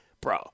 bro